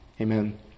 amen